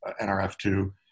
NRF2